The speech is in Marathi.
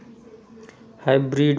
हायब्रिड प्रकार म्हणजे काय?